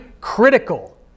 critical